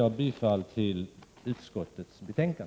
Jag yrkar bifall till utskottets hemställan.